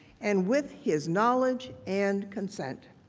and with his knowledge and consent,